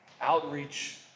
outreach